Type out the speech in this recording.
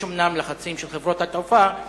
אומנם יש לחצים של חברות התעופה,